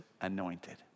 anointed